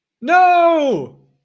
No